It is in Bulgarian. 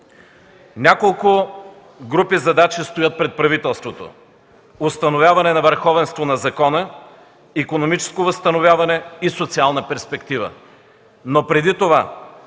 Няколко групи задачи стоят пред правителството: установяване на върховенство на закона, икономическо възстановяване и социална перспектива. Преди това